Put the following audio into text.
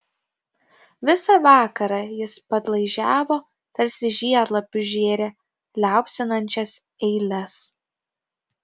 visą vakarą jis padlaižiavo tarsi žiedlapius žėrė liaupsinančias eiles